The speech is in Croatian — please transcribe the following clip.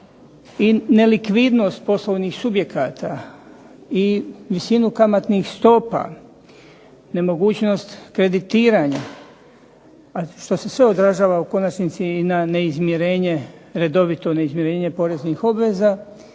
i nelikvidnost poslovnih subjekata i visinu kamatnih stopa, nemogućnost kreditiranja što se sve odražava u konačnici na neizmirenje, redovito neizmirenje poreznih obveza.